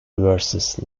versus